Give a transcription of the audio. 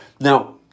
Now